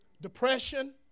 Depression